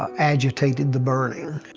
ah agitated the burning.